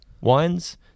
Wines